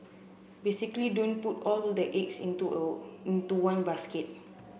basically don't put all the eggs into into one basket